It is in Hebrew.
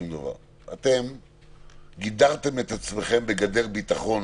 אתם גידרתם את עצמכם בגדר ביטחון